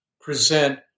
present